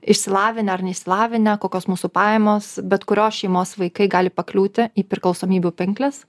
išsilavinę ar neišsilavinę kokios mūsų pajamos bet kurios šeimos vaikai gali pakliūti į priklausomybių pinkles